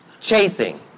Chasing